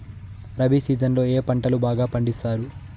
rabi season లో ఏ పంటలు బాగా పండిస్తారు